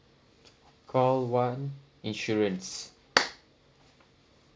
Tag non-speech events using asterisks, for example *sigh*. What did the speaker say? call one insurance *noise*